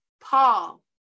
Paul